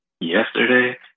yesterday